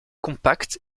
compact